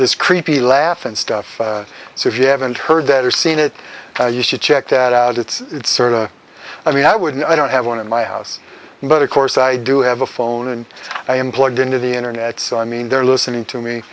this creepy laugh and stuff so if you haven't heard that or seen it you should check that out it's sort of i mean i wouldn't i don't have one in my house but of course i do have a phone and i am plugged into the internet so i mean they're listening to me